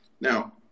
Now